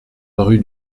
rue